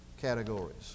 categories